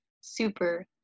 Super